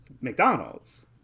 mcdonald's